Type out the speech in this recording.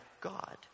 God